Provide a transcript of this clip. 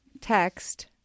text